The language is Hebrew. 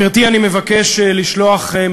תראו רק את כל החוקים